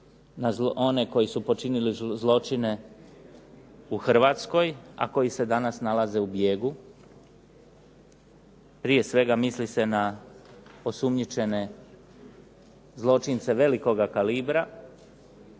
na one koji su počinili zločine u Hrvatskoj a koji se danas nalaze u bijegu. Prije svega misli se na osumnjičene zločince velikoga kalibra,